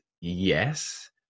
yes